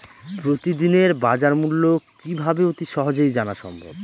প্রতিদিনের বাজারমূল্য কিভাবে অতি সহজেই জানা সম্ভব?